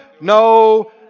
no